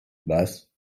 was